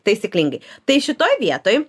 taisyklingai tai šitoj vietoj